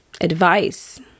advice